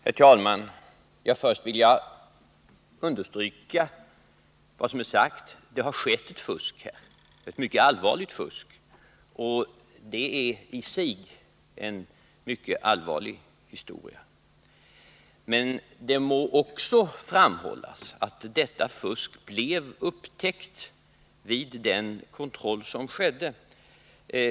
Herr talman! Först vill jag understryka vad som är sagt: Det har skett ett fusk här, ett mycket allvarligt fusk. Det är i sig en mycket allvarlig historia. Men det må också framhållas att detta fusk blev upptäckt vid den kontroll som skedde.